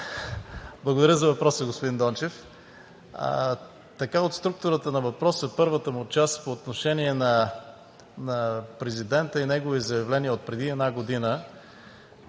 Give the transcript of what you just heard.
Благодаря за въпроса, господин Дончев. От структурата на въпроса в първата му част по отношение на президента и неговите заявления отпреди една година